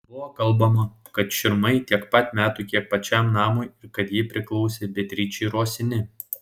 buvo kalbama kad širmai tiek pat metų kiek pačiam namui ir kad ji priklausė beatričei rosini